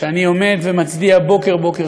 ואני עומד ומצדיע בוקר-בוקר,